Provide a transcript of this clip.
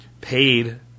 paid